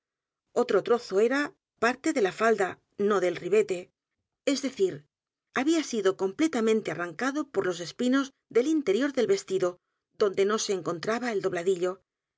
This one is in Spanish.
otro trozo era parte de la falda no del ribete i es decir había sido completamente arrancado por los espinos del interior del vestido donde no se encontraba dobladillo